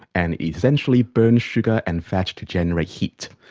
and essentially burn sugar and fat to generate heat.